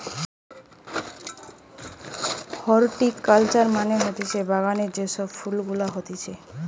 horticulture মানে হতিছে বাগানে যে সব ফুল গুলা হতিছে